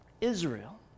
Israel